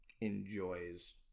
enjoys